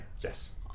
yes